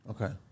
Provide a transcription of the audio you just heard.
Okay